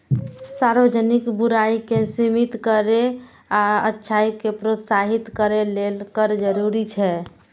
सार्वजनिक बुराइ कें सीमित करै आ अच्छाइ कें प्रोत्साहित करै लेल कर जरूरी छै